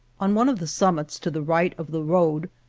on one of the summits to the right of the road,